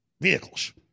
vehicles